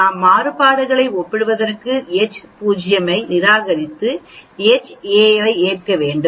நாம் மாறுபாடுகளை ஒப்பிடுவதற்கு H0 ஐ நிராகரித்து Ha ஐ ஏற்க வேண்டும்